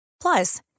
Plus